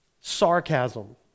sarcasm